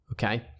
Okay